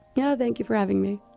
yeah. thank you for having me.